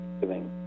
giving